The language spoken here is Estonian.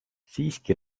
siiski